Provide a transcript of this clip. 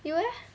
you eh